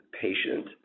patient